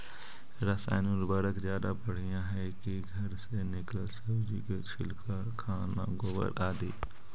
रासायन उर्वरक ज्यादा बढ़िया हैं कि घर से निकलल सब्जी के छिलका, खाना, गोबर, आदि?